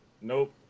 Nope